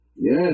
Yes